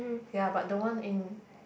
ya but the one in